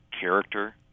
character